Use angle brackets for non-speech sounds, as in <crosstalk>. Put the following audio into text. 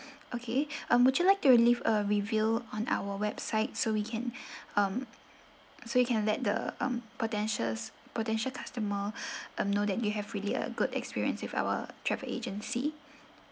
okay <breath> um would you like to leave a review on our website so we can <breath> um so you can let the um potentials potential customer <breath> uh know that you have really a good experience with our travel agency